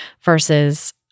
versus